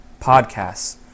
podcasts